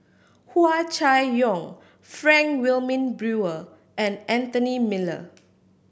Hua Chai Yong Frank Wilmin Brewer and Anthony Miller